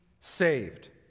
saved